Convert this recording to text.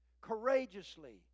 courageously